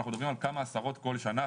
אנחנו מדברים על כמה עשות כל שנה,